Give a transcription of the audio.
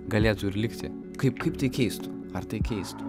galėtų ir likti kaip kaip tai keistų ar tai keistų